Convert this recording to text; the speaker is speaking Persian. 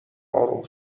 آروم